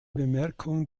bemerkungen